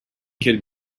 kid